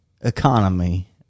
economy